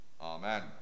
Amen